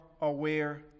aware